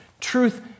Truth